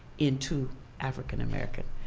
into african american.